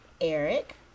Eric